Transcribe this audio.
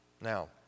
Now